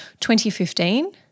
2015